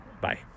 bye